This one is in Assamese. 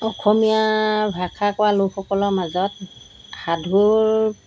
অসমীয়া ভাষা কোৱা লোকসকলৰ মাজত সাধুৰ